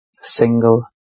single